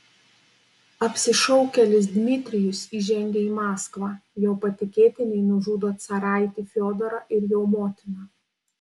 apsišaukėlis dmitrijus įžengia į maskvą jo patikėtiniai nužudo caraitį fiodorą ir jo motiną